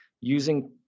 using